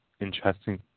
interesting